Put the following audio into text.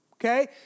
Okay